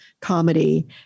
comedy